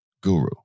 guru